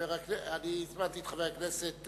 הזמנתי את חבר הכנסת